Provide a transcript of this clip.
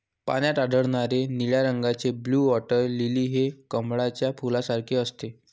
पाण्यात आढळणारे निळ्या रंगाचे ब्लू वॉटर लिली हे कमळाच्या फुलासारखे असते